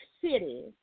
city